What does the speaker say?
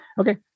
okay